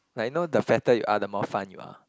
like you know the fatter you are the more fun you are